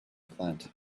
plant